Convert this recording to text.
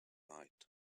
night